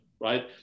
right